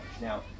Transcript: Now